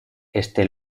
este